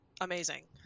amazing